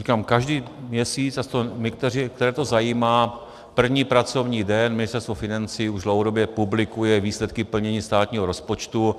Říkám, každý měsíc, aspoň my, které to zajímá, první pracovní den Ministerstvo financí už dlouhodobě publikuje výsledky plnění státního rozpočtu.